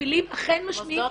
מפעילים אכן משמיעים -- מוסדות